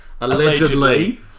Allegedly